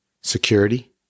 Security